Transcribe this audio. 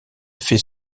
fait